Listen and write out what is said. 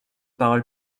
parole